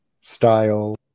style